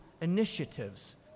initiatives